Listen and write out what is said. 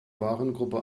warengruppe